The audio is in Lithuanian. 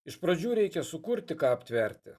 iš pradžių reikia sukurti ką aptverti